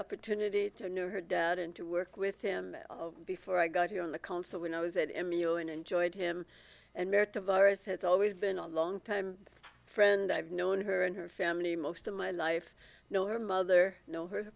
opportunity to know her dad and to work with him before i got here on the council when i was at emil and enjoyed him and met the virus has always been a longtime friend i've known her and her family most of my life know her mother know her